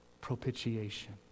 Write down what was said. propitiation